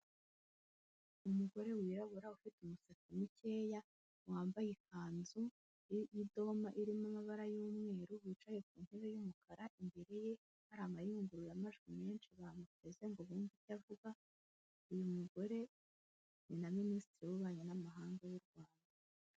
Umugore wirabura ufite umusatsi mikeya wambaye ikanzu y'idoma irimo amabara y'umweru wicaye ku ntebe y'umukara, imbere ye hari amayungururamajwi menshi bamuteze ngo bumve ibyo avuga, uyu mugore ni na minisitiri w'ububanyi n'amahanga w'u Rwanda.